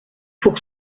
pour